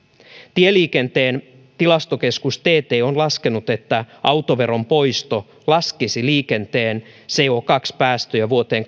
tieliikenteen tietokeskus tt on laskenut että autoveron poisto laskisi liikenteen co päästöjä vuoteen